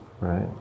Right